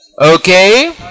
okay